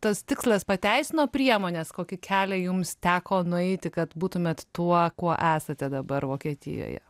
tas tikslas pateisino priemones kokį kelią jums teko nueiti kad būtumėt tuo kuo esate dabar vokietijoje